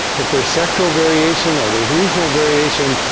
if there's sectoral variation or there's regional variation,